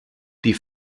die